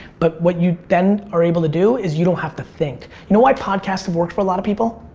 but what you then are able to do is you don't have to think. you know why podcasts have worked for a lot of people?